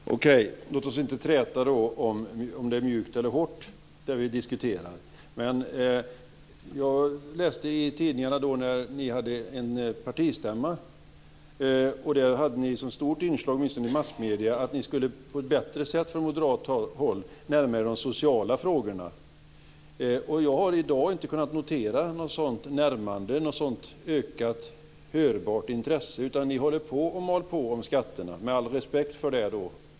Fru talman! Okej, låt oss inte träta om det vi diskuterar är mjukt eller hårt. Jag läste i tidningarna när ni hade er partistämma. Ni hade ett stort inslag, åtminstone i massmedierna, att ni på ett bättre sätt från moderat håll skulle närma er de sociala frågorna. Jag har i dag inte kunnat notera något sådant närmande eller något ökat hörbart intresse, utan ni mal på om skatterna, med all respekt för det.